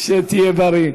שתהיה בריא.